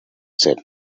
said